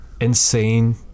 insane